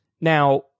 Now